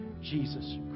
Jesus